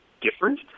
different